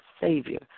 savior